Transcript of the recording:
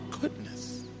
goodness